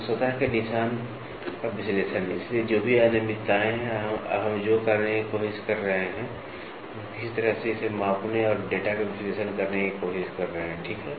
तो सतह के निशान का विश्लेषण इसलिए जो भी अनियमितताएं हैं अब हम जो करने की कोशिश कर रहे हैं हम किसी तरह इसे मापने और डेटा का विश्लेषण करने की कोशिश कर रहे हैं ठीक है